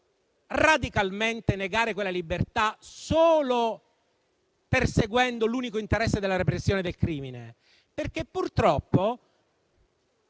radicalmente negare quella libertà solo perseguendo l'unico interesse della repressione del crimine, perché purtroppo,